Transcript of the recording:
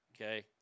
okay